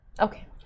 Okay